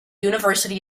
university